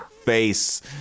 face